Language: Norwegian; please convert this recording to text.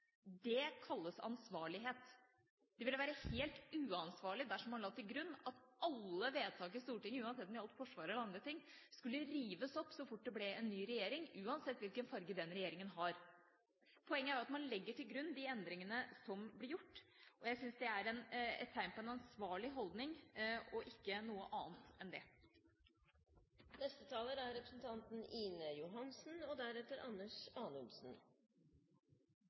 Det kalles ansvarlighet. Det ville vært helt uansvarlig dersom man la til grunn at alle vedtak i Stortinget, uansett om det gjaldt Forsvaret eller andre ting, skulle rives opp så fort det ble en ny regjering, uansett hvilken farge den regjeringa hadde. Poenget er at man legger til grunn de endringene som blir gjort. Jeg syns det er et tegn på en ansvarlig holdning og ikke noe annet enn det. Jeg hører enkelte i denne debatten og